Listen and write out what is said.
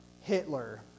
Hitler